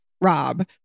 Rob